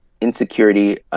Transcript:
insecurity